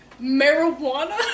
Marijuana